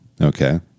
okay